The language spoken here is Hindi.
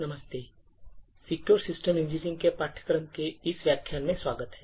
नमस्ते सिक्योर सिस्टम इंजीनियरिंग के पाठ्यक्रम के इस व्याख्यान में स्वागत है